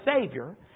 Savior